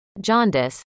jaundice